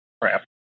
Crap